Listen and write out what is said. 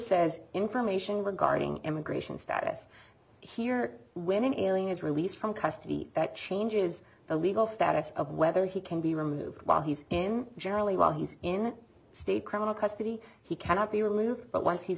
says information regarding immigration status here when an alien is released from custody that changes the legal status of whether he can be removed while he's in generally while he's in state criminal custody he cannot be removed but once he